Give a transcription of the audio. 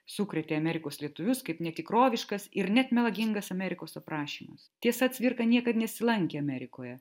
sukrėtė amerikos lietuvius kaip netikroviškas ir net melagingas amerikos aprašymas tiesa cvirka niekad nesilankė amerikoje